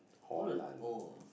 Holland oh